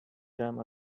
dam